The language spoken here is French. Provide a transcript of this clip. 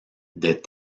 des